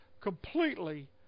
completely